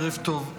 ערב טוב.